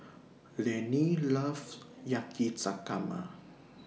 Leanne loves Yakizakana